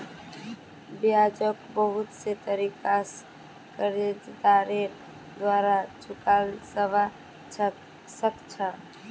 ब्याजको बहुत से तरीका स कर्जदारेर द्वारा चुकाल जबा सक छ